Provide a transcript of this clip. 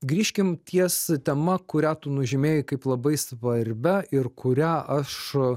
grįžkim ties tema kurią tu nužymėjai kaip labai svarbią ir kurią aš